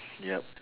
yup